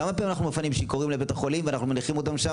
כמה פעמים אנחנו מפנים שיכורים לבית החולים ואנחנו מניחים אותם שם